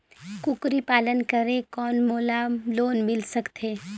कूकरी पालन करे कौन मोला लोन मिल सकथे?